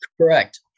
Correct